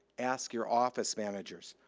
ask your office managers.